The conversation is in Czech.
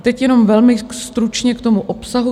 Teď jenom velmi stručně k obsahu.